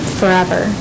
forever